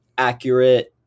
accurate